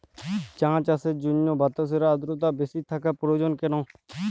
চা চাষের জন্য বাতাসে আর্দ্রতা বেশি থাকা প্রয়োজন কেন?